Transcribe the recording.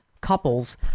couples